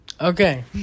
Okay